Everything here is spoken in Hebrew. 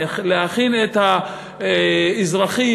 להכין את האזרחים,